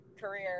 career